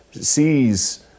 sees